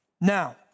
Now